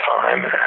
time